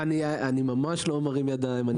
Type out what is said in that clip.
אני ממש לא מרים ידיים.